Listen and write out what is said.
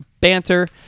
banter